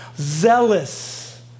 Zealous